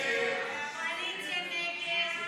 ההסתייגות (13)